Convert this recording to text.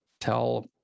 tell